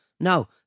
No